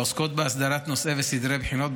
העוסקות בהסדרת נושאי וסדרי בחינות,